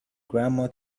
grandma